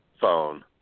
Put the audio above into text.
Phone